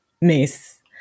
miss